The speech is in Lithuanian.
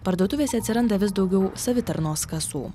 parduotuvėse atsiranda vis daugiau savitarnos kasų